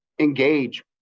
engage